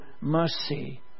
mercy